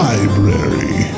Library